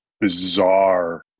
bizarre